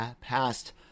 past